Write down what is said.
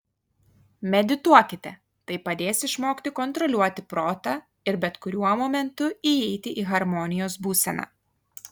medituokite tai padės išmokti kontroliuoti protą ir bet kuriuo momentu įeiti į harmonijos būseną